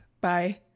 bye